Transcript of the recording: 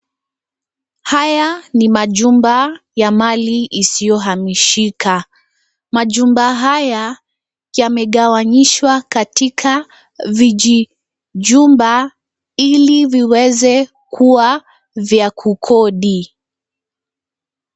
Haya ni majumba ya mali isiyohamishika. Majumba haya yamegawanyishwa katika vijijumba ili viweze kuwa vya kukodi.